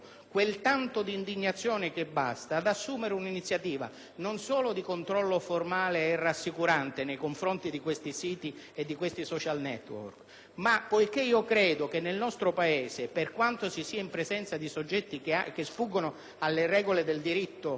quel tanto di indignazione che basta ad assumere un'iniziativa non solo di controllo formale e rassicurante nei confronti di questi siti e di questi *social network.* Tuttavia, poiché credo che nel nostro Paese siamo in presenza di soggetti che sfuggono alle regole del diritto italiano